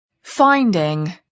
finding